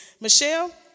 Michelle